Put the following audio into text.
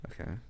Okay